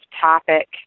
topic